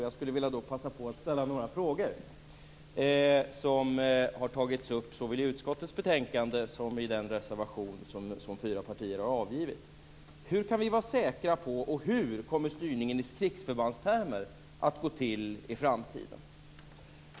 Jag skulle vilja passa på att ställa några frågor som har tagits upp såväl i utskottets betänkande som i den reservation som fyra partier har avgivit. Hur kommer styrningen att gå till i krigsförbandstermer i framtiden?